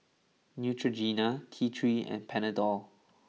Neutrogena T Three and Panadol